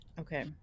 Okay